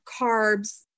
carbs